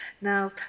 Now